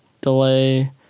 delay